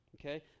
Okay